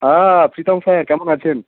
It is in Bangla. হ্যাঁ প্রীতম স্যার কেমন আছেন